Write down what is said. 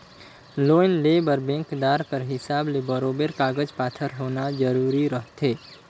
loan लेय बर बेंकदार कर हिसाब ले बरोबेर कागज पाथर होना जरूरी रहथे